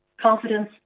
confidence